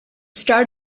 start